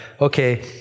okay